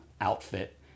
outfit